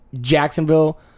Jacksonville